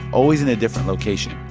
always in a different location.